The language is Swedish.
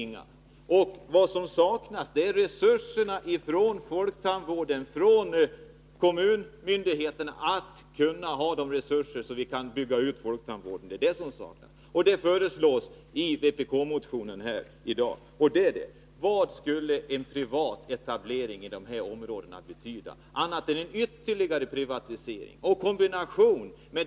Vad som saknas är resurser från folktandvården och de kommunala myndigheterna för en utbyggnad av folktandvården. I den vpk-motion som nu behandlas föreslås sådana resurser. Vad skulle en privat etablering i de här områdena betyda annat än en ytterligare privatisering?